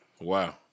Wow